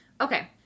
Okay